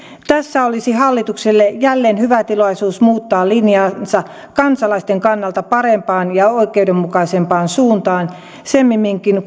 tässä olisi hallitukselle jälleen hyvä tilaisuus muuttaa linjaansa kansalaisten kannalta parempaan ja oikeudenmukaisempaan suuntaan semminkin